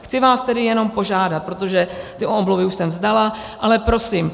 Chci vás tedy jenom požádat, protože ty omluvy už jsem vzdala, ale prosím.